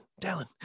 Dallin